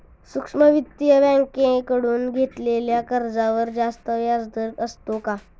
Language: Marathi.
सूक्ष्म वित्तीय बँकेकडून घेतलेल्या कर्जावर जास्त व्याजदर असतो का?